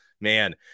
man